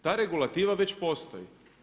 Ta regulativa već postoji.